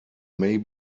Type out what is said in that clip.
may